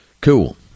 cool